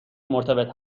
مرتبط